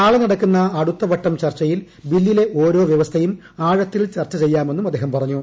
നാളെ നടക്കുന്ന അടുത്ത വട്ടം ചർച്ചയിൽ ബില്ലിലെ ഓരോ വ്യവസ്ഥയും ആഴത്തിൽ ചർച്ച ചെയ്യാമെന്നും അദ്ദേഹം പറഞ്ഞു